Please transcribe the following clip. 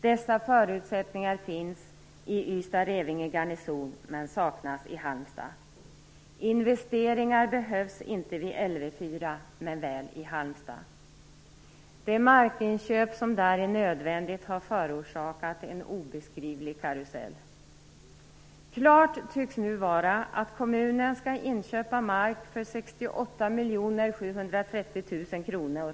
Dessa förutsättningar finns vid Ystad Revinge garnison, men saknas i Halmstad. Investeringar behövs inte vid Lv 4, men väl i Halmstad. Det markinköp som där är nödvändigt har förorsakat en obeskrivlig karusell. Klart tycks nu vara att kommunen skall inköpa mark för 68 730 000 kronor.